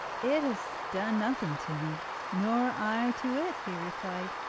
it has done nothing to me, nor i to it he replied.